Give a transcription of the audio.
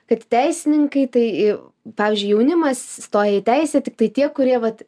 kad teisininkai tai pavyzdžiui jaunimas įstoja į teisę tiktai tie kurie vat